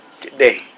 Today